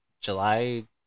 July